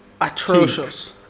Atrocious